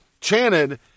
chanted